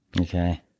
Okay